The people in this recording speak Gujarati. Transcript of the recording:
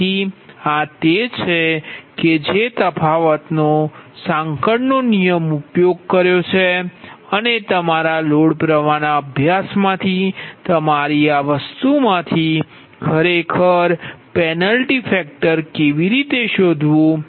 તેથી આ તે છે કે જે તફાવતનો તે સાંકળ નિયમનો ઉપયોગ કરીને અને તમારા લોડ પ્રવાહના અભ્યાસમાંથી તમારી આ વસ્તુમાંથી ખરેખર પેનલ્ટી ફેકટર કેવી રીતે શોધવું